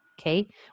okay